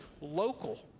local